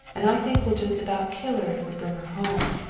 and i think we'll just about kill her if we bring her home.